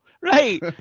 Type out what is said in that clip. right